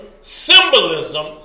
symbolism